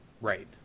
Right